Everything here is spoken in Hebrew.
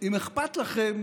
אם אכפת לכם